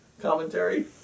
commentary